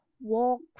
walk